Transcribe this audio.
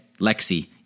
Lexi